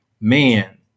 man